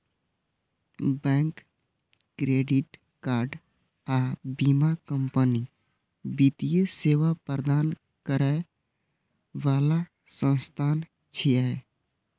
bank, credit card आ बीमा company वित्तीय सेवा प्रदान करै बला संस्थान छियै